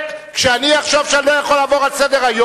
כשאני אחשוב שאני לא יכול לעבור לסדר-היום,